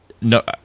No